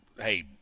hey